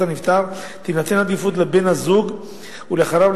הנפטר תינתן עדיפות לבן-הזוג ולאחריו,